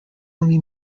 only